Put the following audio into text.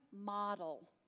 model